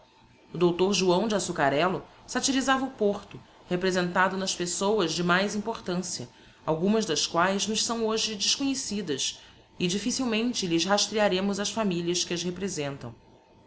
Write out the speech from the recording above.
o doutor joão de assucarello satyrisava o porto representado nas pessoas de mais importancia algumas das quaes nos são hoje desconhecidas e difficilmente lhes rastrearemos as familias que as representam